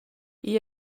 igl